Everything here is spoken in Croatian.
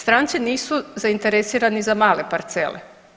Stranci nisu zainteresirani za male parcele.